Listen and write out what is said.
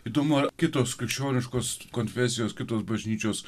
įdomu ar kitos krikščioniškos konfesijos kitos bažnyčios